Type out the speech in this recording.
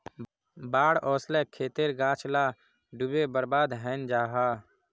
बाढ़ ओस्ले खेतेर गाछ ला डूबे बर्बाद हैनं जाहा